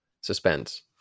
suspense